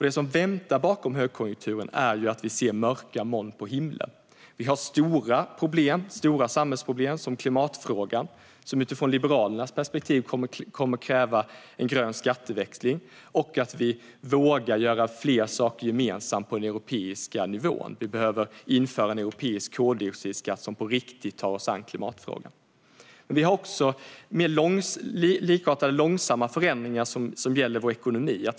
Det som väntar bakom högkonjunkturen är mörka moln på himlen. Vi har stora samhällsproblem som klimatfrågan, som utifrån Liberalernas perspektiv kommer att kräva en grön skatteväxling och att vi vågar göra fler saker gemensamt på den europeiska nivån. Vi behöver införa en europeisk koldioxidskatt som på riktigt tar sig an klimatfrågan. Vi har också likartade långsamma förändringar som gäller vår ekonomi.